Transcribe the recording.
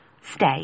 stay